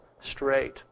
straight